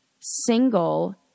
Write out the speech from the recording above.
single